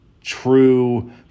true